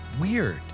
weird